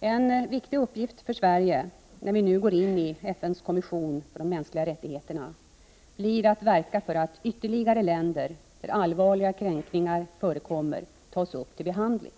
En viktig uppgift för Sverige — när vi nu går in i FN:s kommission för de mänskliga rättigheterna — blir att verka för att ytterligare länder, där allvarliga kränkningar förekommer, tas upp till behandling.